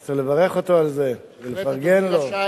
אני רוצה לברך אותו על זה ולפרגן לו.